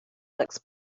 alex